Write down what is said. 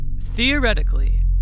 Theoretically